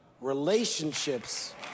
relationships